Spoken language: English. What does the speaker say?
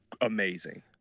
amazing